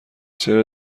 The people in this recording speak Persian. چرا